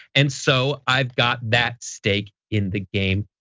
and so i've got that stake in the game.